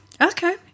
Okay